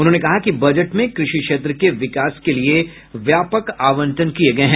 उन्होंने कहा कि बजट में कृषि क्षेत्र के विकास के लिए व्यापक आवंटन किये गये हैं